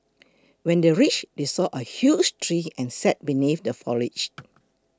when they reached they saw a huge tree and sat beneath the foliage